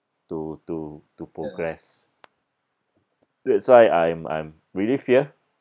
to to to progress that's why I'-m I'm really fear